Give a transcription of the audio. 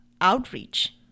outreach